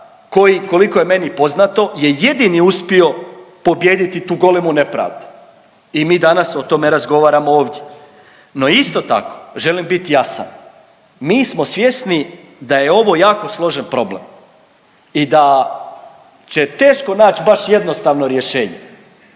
koji koliko je meni poznato je jedini uspio pobijediti tu golemu nepravdu i mi danas o tome razgovaramo ovdje. No isto tako želim bit jasan. Mi smo svjesni da je ovo jako složen problem i da će teško nać baš jednostavno rješenje,